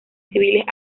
civiles